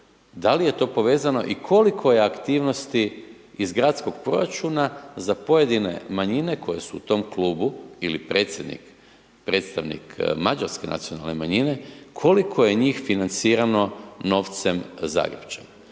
da li je to povezano i koliko je aktivnosti iz gradskog proračuna za pojedine manjine koje su u tom klubu ili predsjednik, predstavnik Mađarske nacionalne manjine koliko je njih financirano novcem Zagrepčana.